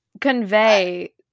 convey